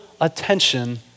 attention